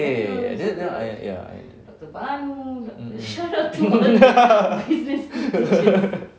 ya ya ya ya that [one] that [one] ya mm mm